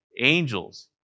angels